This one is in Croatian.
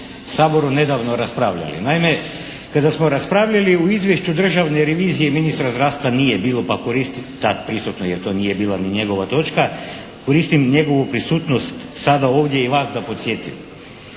Saboru nedavno raspravljali. Naime, kada smo raspravljali o Izvješću državne revizije ministra zdravstva nije bilo, pa koristim, tad prisutan jer to nije bila ni njegova točka, koristim njegovu prisutnost sada ovdje, i vas da podsjetim.